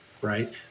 right